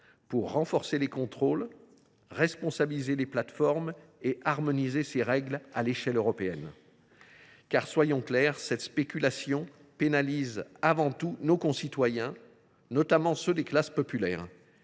de renforcer les contrôles, de responsabiliser les plateformes et d’harmoniser ces règles à l’échelle européenne. Soyons clairs, cette spéculation pénalise avant tout nos concitoyens, notamment ceux des classes populaires.